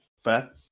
Fair